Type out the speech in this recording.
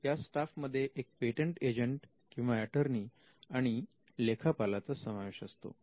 या स्टाफ मध्ये एक पेटंट एजंट किंवा एटर्नी आणि लेखापाला चा समावेश होतो